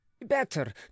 better